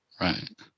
Right